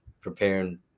Preparing